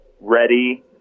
ready